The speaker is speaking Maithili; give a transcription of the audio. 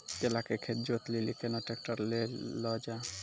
केला के खेत जोत लिली केना ट्रैक्टर ले लो जा?